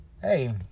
hey